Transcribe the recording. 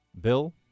bill